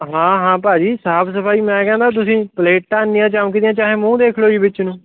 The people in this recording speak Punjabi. ਹਾਂ ਹਾਂ ਭਾਅ ਜੀ ਸਾਫ ਸਫਾਈ ਮੈਂ ਕਹਿੰਦਾ ਤੁਸੀਂ ਪਲੇਟਾਂ ਐਨੀਆਂ ਚਮਕਦੀਆਂ ਚਾਹੇ ਮੂੰਹ ਦੇਖ ਲਓ ਜੀ ਵਿੱਚ ਨੂੰ